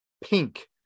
pink